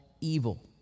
evil